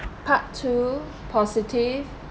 part two positive